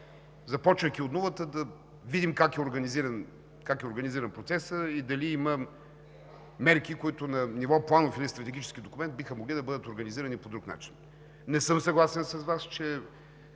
започвайки от нулата, да видим как е организиран процесът и дали има мерки, които на ниво планов или стратегически документ биха могли да бъдат организирани по друг начин. Не съм съгласен с Вас, че